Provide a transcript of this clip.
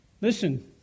Listen